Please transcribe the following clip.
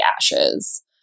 ashes